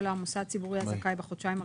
המוסד הציבורי הזכאי בחודשיים הראשונים,